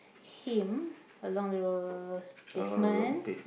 him along the pavement